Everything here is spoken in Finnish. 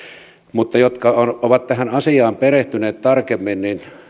mutta ne jotka ovat ovat tähän asiaan perehtyneet tarkemmin